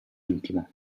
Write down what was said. intimo